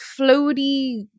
floaty